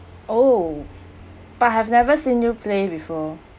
oh but I have never seen you play before